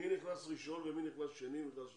מי נכנס ראשון, מי נכנס שני ומי נכנס שלישי.